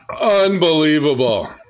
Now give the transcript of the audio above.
Unbelievable